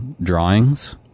drawings